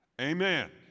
Amen